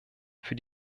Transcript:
für